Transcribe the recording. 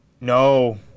No